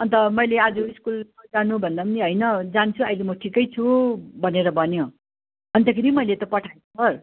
अन्त मैले आज स्कुल नजानु भन्दा पनि होइन जान्छु अहिले म ठिकै छु भनेर भन्यो अन्तखेरि मैले त पठाएको थिएँ सर